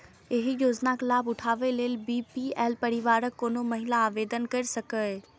एहि योजनाक लाभ उठाबै लेल बी.पी.एल परिवारक कोनो महिला आवेदन कैर सकैए